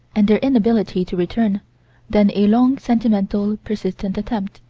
and their inability to return then, a long, sentimental, persistent attempt,